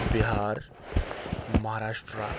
Bihar Maharashtra